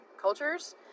cultures